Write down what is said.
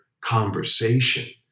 conversation